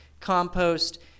compost